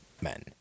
men